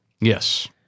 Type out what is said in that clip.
Yes